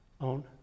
own